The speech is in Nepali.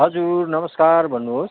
हजुर नमस्कार भन्नुहोस्